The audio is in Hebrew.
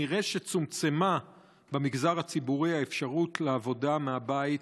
נראה שצומצמה במגזר הציבורי האפשרות לעבודה מהבית